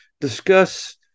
discuss